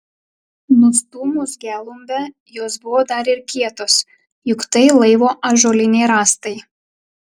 nustūmus gelumbę jos buvo dar ir kietos juk tai laivo ąžuoliniai rąstai